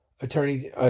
Attorney